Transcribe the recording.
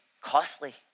costly